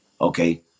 Okay